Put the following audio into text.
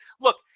Look